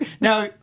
Now